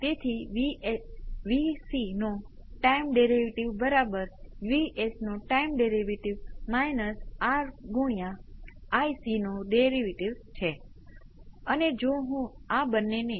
તેથી તે માત્ર એક અન્ય ગુણાકાર પરિબળ છે તેથી હું V p exponential s t નો ઉકેલ જાણું છું